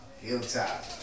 Hilltop